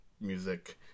music